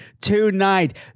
Tonight